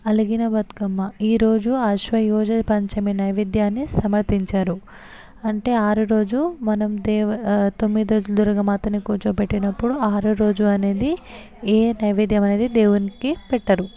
అలిగిన బతుకమ్మ ఈరోజు ఆశ్వయుజ పంచమి నైవేద్యాన్ని సమర్పించరు అంటే ఆరు రోజు మనం దేవా తొమ్మిది రోజుల దుర్గ మాతని కూర్చోబెట్టినప్పుడు అప్పుడు ఆరో రోజు అనేది ఏ నైవేద్యమనేది దేవునికి పెట్టరు